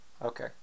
Okay